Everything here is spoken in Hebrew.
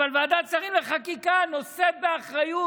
אבל ועדת שרים לחקיקה נושאת באחריות,